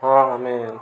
ହଁ ଆମେ